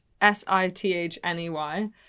S-I-T-H-N-E-Y